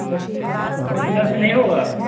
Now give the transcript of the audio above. सौ पचास में नहीं होगा